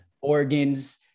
organs